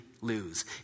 lose